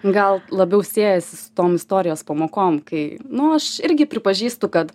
gal labiau siejas tom istorijos pamokom kai nu aš irgi pripažįstu kad